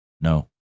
No